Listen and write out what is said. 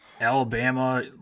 alabama